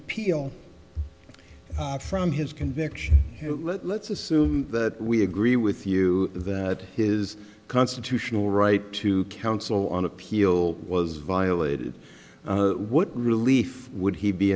appeal from his conviction let's assume that we agree with you that his constitutional right to counsel on appeal was violated what relief would he be